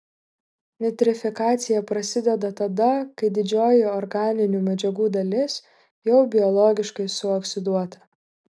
nitrifikacija prasideda tada kai didžioji organinių medžiagų dalis jau biologiškai suoksiduota